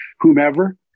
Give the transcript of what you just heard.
whomever